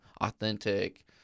authentic